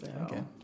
Okay